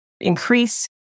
increase